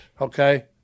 okay